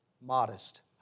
modest